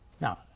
Now